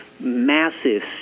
massive